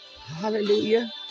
Hallelujah